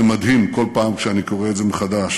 זה מדהים, כל פעם שאני קורא את זה מחדש,